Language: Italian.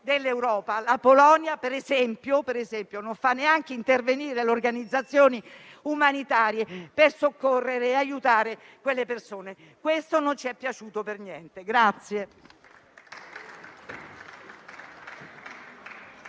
dell'Europa la Polonia, per esempio, non faccia neanche intervenire le organizzazioni umanitarie per soccorrere e aiutare le persone. Questo non ci è piaciuto per niente.